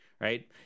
right